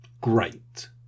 great